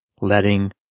letting